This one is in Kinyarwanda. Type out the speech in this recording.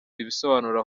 ibisobanuro